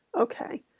Okay